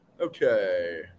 Okay